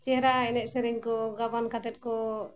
ᱪᱮᱦᱨᱟ ᱮᱱᱮᱡ ᱥᱮᱨᱮᱧ ᱠᱚ ᱜᱟᱵᱟᱱ ᱠᱟᱛᱮᱫ ᱠᱚ